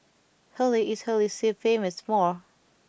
Holy is Holy See famous for